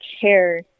care